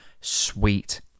sweet